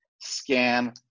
scan